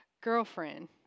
girlfriend